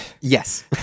yes